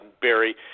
Barry